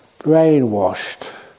brainwashed